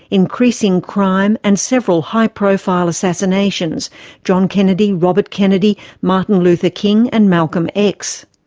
increasing crime and several high profile assassinations john kennedy, robert kennedy, martin luther king and malcolm x.